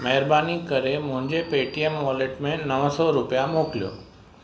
महिरबानी करे मुंहिंजे पेटीएम वॉलेट में नव सौ रुपिया मोकिलियो